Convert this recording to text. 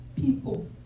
people